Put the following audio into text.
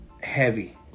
heavy